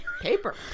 Paper